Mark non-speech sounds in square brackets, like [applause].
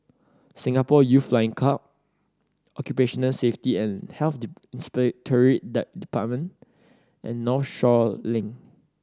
Singapore Youth Flying Club Occupational Safety and Health [unintelligible] Inspectorate and Northshore Link